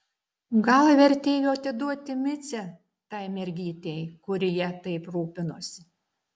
gal vertėjo atiduoti micę tai mergytei kuri ja taip rūpinosi